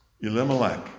Elimelech